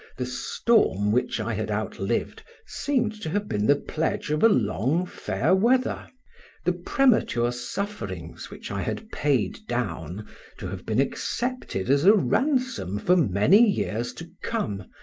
the storm which i had outlived seemed to have been the pledge of a long fair-weather the premature sufferings which i had paid down to have been accepted as a ransom for many years to come,